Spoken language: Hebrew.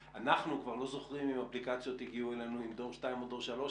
אנחנו כבר לא זוכרים אם האפליקציות הגיעו אלינו עם דור 2 או דור 3,